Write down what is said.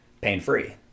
pain-free